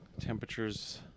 temperatures